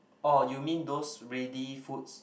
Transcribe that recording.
oh you mean those ready foods